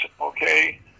okay